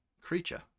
creature